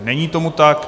Není tomu tak.